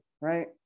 Right